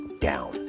down